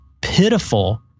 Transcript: pitiful